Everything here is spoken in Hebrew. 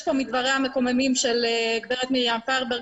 מדבריה המקוממים של גברת מרים פיירברג,